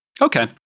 Okay